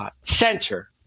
Center